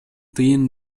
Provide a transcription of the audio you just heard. тыйын